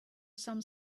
some